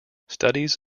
studies